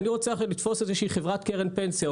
אני רוצה עכשיו לתפוס איזושהי חברת קרן פנסיה,